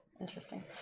interesting